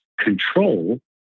control